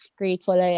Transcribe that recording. grateful